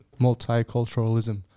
multiculturalism